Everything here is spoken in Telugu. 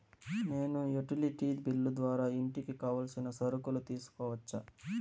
నేను యుటిలిటీ బిల్లు ద్వారా ఇంటికి కావాల్సిన సరుకులు తీసుకోవచ్చా?